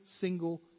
single